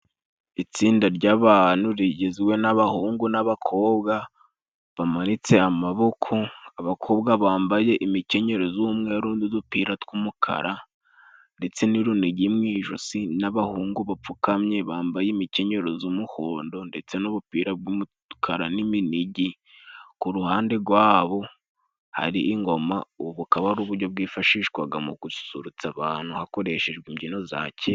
Itsinda ry'abantu rigizwe n'abahungu n'abakobwa bamanitse amaboko, abakobwa bambaye imikenyero z'umweru n'udupira tw'umukara ndetse n'urunigi mu ijosi, n'abahungu bapfukamye bambaye imikenyero z'umuhondo ndetse n'ubupira bw'umukara n'iminigi, ku ruhande rwabo hari ingoma. Ubu bukaba ari uburyo bwifashishwaga mu gususurutsa abantu hakoreshejwe imbyino za kera.